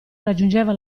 raggiungeva